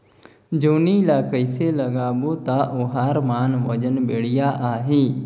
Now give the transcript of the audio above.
जोणी ला कइसे लगाबो ता ओहार मान वजन बेडिया आही?